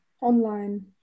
online